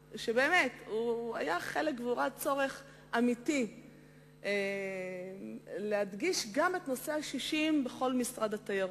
הוא היה חלק והוא ראה צורך אמיתי להדגיש גם את נושא ה-60 במשרד התיירות.